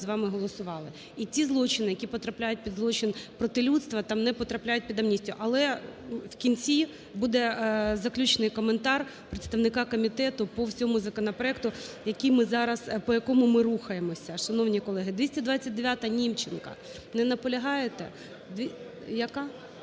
і ті злочини, які потрапляють під злочин проти людства, там не потрапляють під амністію. Але в кінці буде заключний коментар представника комітету по всьому законопроекту, який ми зараз… по якому ми рухаємося. Шановні колеги, 229-а Німченка. Не наполягаєте? Яка?